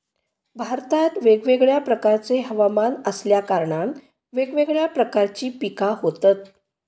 भारतात वेगवेगळ्या प्रकारचे हवमान असल्या कारणान वेगवेगळ्या प्रकारची पिका होतत